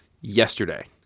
yesterday